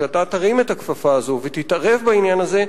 שאתה תרים את הכפפה הזאת ותתערב בעניין הזה.